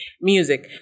music